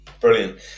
brilliant